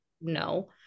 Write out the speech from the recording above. no